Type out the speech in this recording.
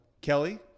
Kelly